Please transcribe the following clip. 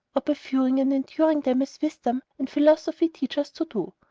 or by viewing and enduring them as wisdom and philosophy teach us to do.